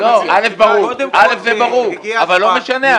ראשית, ברור אבל לא משנה.